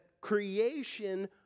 creation